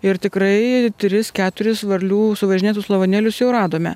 ir tikrai tris keturis varlių suvažinėtus lavonėlius jau radome